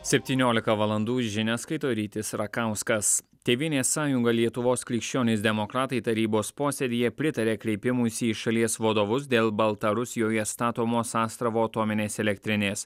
septyniolika valandų žinias skaito rytis rakauskas tėvynės sąjunga lietuvos krikščionys demokratai tarybos posėdyje pritarė kreipimuisi į šalies vadovus dėl baltarusijoje statomos astravo atominės elektrinės